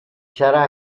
sarà